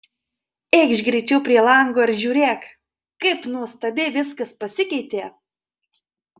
eikš greičiau prie lango ir žiūrėk kaip nuostabiai viskas pasikeitė